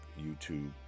YouTube